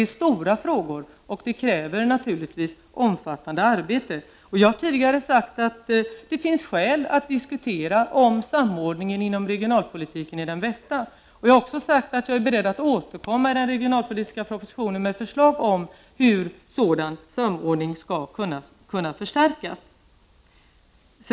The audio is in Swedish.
Detta är stora frågor, och de kräver naturligtvis omfattande arbete. Jag har tidigare sagt att det finns skäl att diskutera om samordningen inom regionalpolitiken är den bästa. Jag har också sagt att jag är beredd att återkomma i den regionalpolitiska propositionen med förslag om hur sådan samordning skall kunna förstärkas.